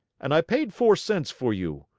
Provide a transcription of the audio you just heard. and i paid four cents for you.